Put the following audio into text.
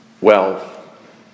wealth